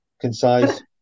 concise